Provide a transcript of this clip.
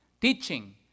teaching